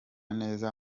neza